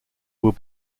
will